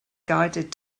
guided